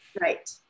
Right